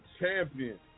champion